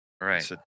Right